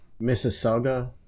Mississauga